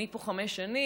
אני פה חמש שנים.